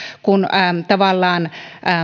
kun tavallaan